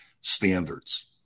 standards